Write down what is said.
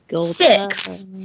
Six